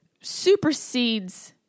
supersedes